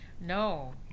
No